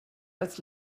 als